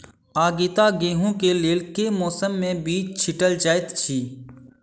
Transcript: आगिता गेंहूँ कऽ लेल केँ मौसम मे बीज छिटल जाइत अछि?